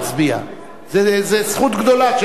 זו זכות גדולה שיש לחבר כנסת.